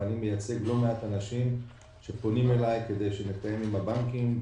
ואני מייצג לא מעט אנשים שפונים אליי כדי שנתאם עם הבנקים.